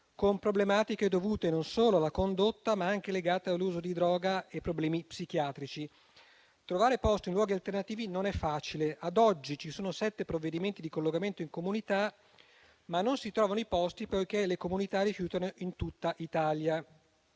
con problematiche dovute, non solo alla condotta, ma anche legate all'uso di droga e problemi psichiatrici. Trovare posto in luoghi alternativi non è facile. A oggi ci sono sette provvedimenti di collocamento in comunità, ma non si trovano posti perché le comunità rifiutano di accoglierli